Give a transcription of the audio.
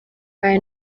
aya